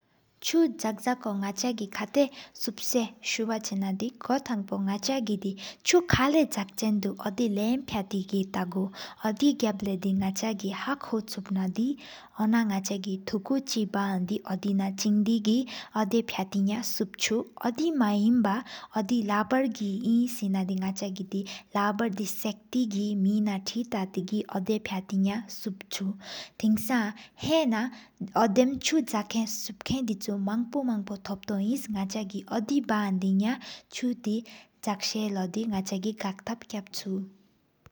ཆུ་བྱག་བྱག་ཀོ་ནག་ཆ་གི་ཁ་རེ་སུན་ས། སུ་བ་ཅ་ན་དི་གོ་ཐང་པོ་ནག་ཆ་གི་དི། ཆུ་ཁ་ལ་བྱག་ཆེན་འདུ་ཨོ་དི་ལམ་ཕྱ་སྟེ་སྟ་གུ། ཨོ་དེ་གི་གབ་ལེ་བག་ཆ་གི་ཧག་ཀོ་ཕྱུབས་ན་དི། ཨོ་ན་ནག་ཆ་གི་ཐུགས་གཅིག་བཀ་ཧོན་དི། དེ་ན་ཅིང་དེ་གི་ཨོ་བར་ཕྱ་ཐེ་གི་ཡ་བསུབ་ཆུ། ཨོ་དི་མ་ཡེན་བ་ཨོ་དི་ལ་དབར་གི་ཡེན་ན་དི་ནག་ཆ་གི། ལ་བར་དི་སག་ཏི་གི་སྨད་ན་ཐེག་ཏ་ཏི་གི་སབ་ཆུ། ཐིང་ས་ཧེན་ན་ཨོ་དེ་མ་ཆུ་བྱག་ཧ་པེན་སབ་ཀེན། མང་པོ་མང་པོ་ཐོབ་ཏོ་ཨིན་ནག་ཆ་གི། ཨོ་དེ་བཀ་ཧོན་དི་གི་ནག་ཆ་གི་ཆུ་གི་བྱག་ས་ལོ། གག་ཐབ་ཕྱ་ཆུ།